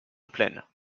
pleine